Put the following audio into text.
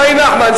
שי נחמן,